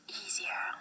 easier